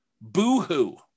Boo-hoo